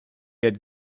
had